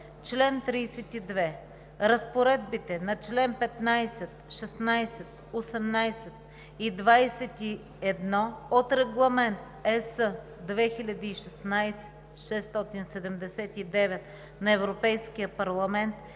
„Чл. 32. Разпоредбите на чл. 15, 16, 18 и 21 от Регламент (ЕС) 2016/679 на Европейския парламент